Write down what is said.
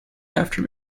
after